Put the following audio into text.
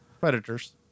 Predators